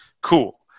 cool